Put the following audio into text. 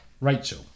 Rachel